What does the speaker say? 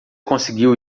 conseguiu